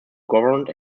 government